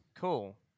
Cool